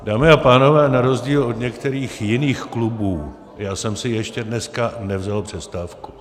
Dámy a pánové, na rozdíl od některých jiných klubů já jsem si ještě dneska nevzal přestávku.